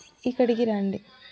ఇక్కడికి రండి